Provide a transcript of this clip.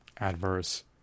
Adverse